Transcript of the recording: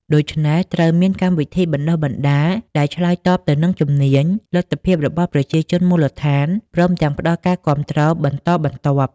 ដូច្នេះ ត្រូវមានកម្មវិធីបណ្តុះបណ្តាលដែលឆ្លើយតបទៅនឹងជំនាញ លទ្ធភាពរបស់ប្រជាជនមូលដ្ឋាន ព្រមទាំងផ្តល់ការគាំទ្របន្តបន្ទាប់។